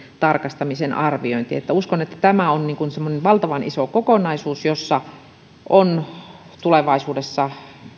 tarkistamisen arviointi uskon että tämä on semmoinen valtavan iso kokonaisuus josta tulee tulevaisuudessa